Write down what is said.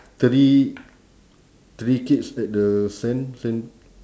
three three kids at the sand sand